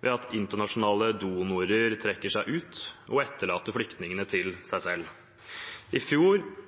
ved at internasjonale donorer trekker seg ut og etterlater flyktningene til seg selv. FN oppjusterte i fjor